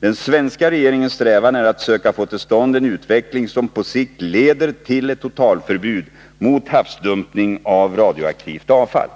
Den svenska regeringens strävan är att söka få till stånd en utveckling som på sikt leder till ett totalförbud mot havsdumpning av radioaktivt avfall.